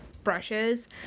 brushes